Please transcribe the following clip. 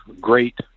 Great